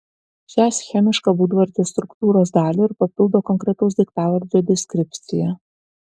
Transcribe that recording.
šią schemišką būdvardžio struktūros dalį ir papildo konkretaus daiktavardžio deskripcija